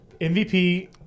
MVP –